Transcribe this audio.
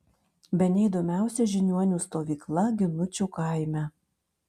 bene įdomiausia žiniuonių stovykla ginučių kaime